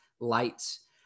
Lights